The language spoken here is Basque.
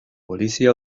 polizia